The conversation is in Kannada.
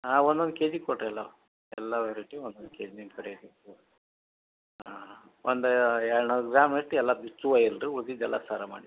ಹಾಂ ಒಂದೊಂದು ಕೆಜಿ ಕೊಡಿರೆಲ್ಲ ಎಲ್ಲ ವೆರೈಟಿ ಒಂದೊಂದು ಕೆಜಿ ರೇಟ್ ಒಂದು ಏಳ್ನೂರು ಗ್ರಾಮ್ ಇಟ್ಟು ಎಲ್ಲ ಬಿಚ್ಚುವ ಇಲ್ಲರಿ ಉಳಿದದ್ದೆಲ್ಲ ಸರ ಮಾಡಿ